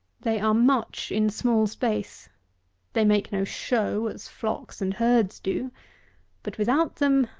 they are much in small space they make no show, as flocks and herds do but with out them,